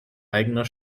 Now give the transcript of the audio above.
eigener